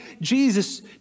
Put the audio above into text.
Jesus